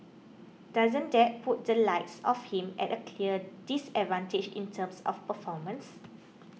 doesn't that put the likes of him at a clear disadvantage in terms of performance